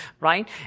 right